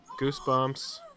Goosebumps